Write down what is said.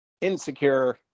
insecure